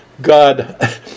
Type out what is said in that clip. God